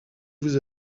vous